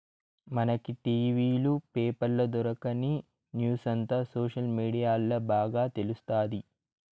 మనకి టి.వీ లు, పేపర్ల దొరకని న్యూసంతా సోషల్ మీడియాల్ల బాగా తెలుస్తాది